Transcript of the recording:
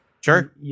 Sure